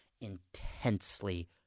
intensely